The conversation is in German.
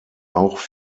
auch